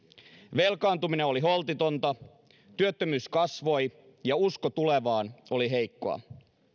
velkaantuminen oli holtitonta työttömyys kasvoi ja usko tulevaan oli heikkoa